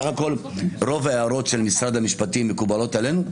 בסך הכול רוב ההערות של משרד המשפטים מקובלות עלינו.